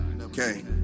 Okay